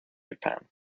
japan